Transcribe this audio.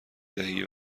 دهی